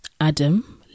Adam